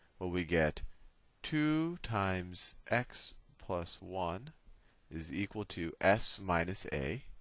well, we get two times x plus one is equal to s minus a.